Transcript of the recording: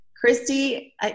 Christy